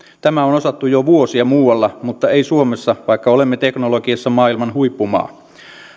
tämä on osattu jo vuosia muualla mutta ei suomessa vaikka olemme teknologiassa maailman huippumaa